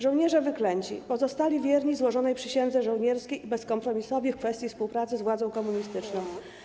Żołnierze wyklęci pozostali wierni złożonej przysiędze żołnierskiej i bezkompromisowi w kwestii współpracy z władzą komunistyczną.